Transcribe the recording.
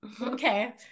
okay